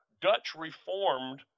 Dutch-reformed